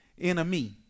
enemy